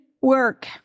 work